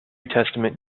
testament